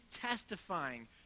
testifying